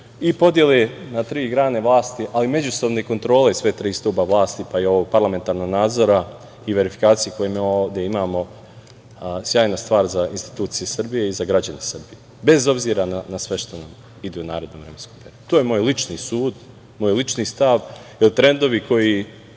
i podele na tri grane vlasti, ali i međusobne kontrole sva tri stuba vlasti, pa i ovog parlamentarnog nadzora i verifikacije koje mi ovde imamo, sjajna stvar za institucije Srbije i za građane Srbije, bez obzira na sve što ide u narednom vremenskom periodu. To je moj lični sud, moj lični stav, jer trendovi koji